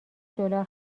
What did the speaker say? دلار